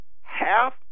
half